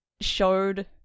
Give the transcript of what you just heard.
showed